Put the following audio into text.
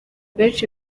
benshi